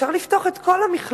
אפשר לפתוח את כל המכללות,